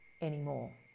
anymore